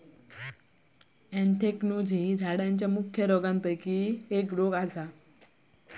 anthracnose ही झाडांच्या मुख्य रोगांपैकी एक हा